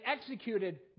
executed